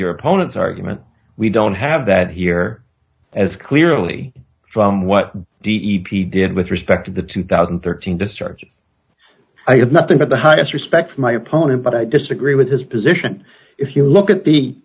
your opponent's argument we don't have that here as clearly from what d e p t did with respect to the two thousand and thirteen discharge i have nothing but the highest respect for my opponent but i disagree with his position if you look at the